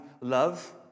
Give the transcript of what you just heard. love